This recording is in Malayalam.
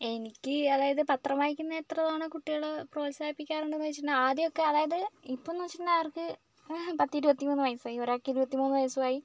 എനിക്ക് അതായത് പത്രം വായിക്കുന്നത് എത്ര തവണ കുട്ടികളെ പ്രോത്സാഹിപ്പിക്കാറുണ്ടെന്ന് ചോദിച്ചിട്ടുണ്ടെങ്കിൽ ആദ്യമൊക്കെ അതായത് ഇപ്പോഴെന്ന് വെച്ചിട്ടുണ്ടെങ്കിൽ അവർക്ക് പത്തിരുപത്തിമൂന്ന് വയസായി ഒരാൾക്ക് ഇരുപത്തിമൂന്ന് വയസുമായി